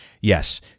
yes